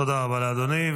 תודה רבה, אדוני.